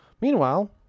Meanwhile